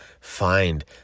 find